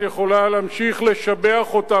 את יכולה להמשיך לשבח אותם,